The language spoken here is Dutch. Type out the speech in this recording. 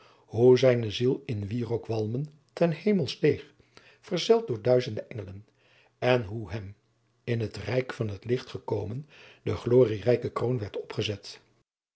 hoe zijne ziel in wierookwalmen ten hemel steeg verzeld door duizend engelen en hoe hem in het rijk van t licht gekomen de glorierijke kroon werd opgezet